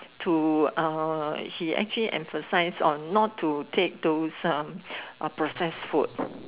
to uh he actually emphasise on not to take those um uh processed food